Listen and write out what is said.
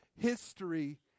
history